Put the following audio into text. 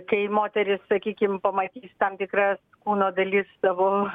kai moteris sakykim pamatys tam tikras kūno dalis savo